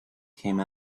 came